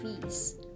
fees